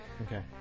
Okay